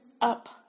up